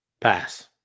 Pass